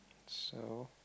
so